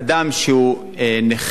אדם שהוא נכה,